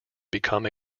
become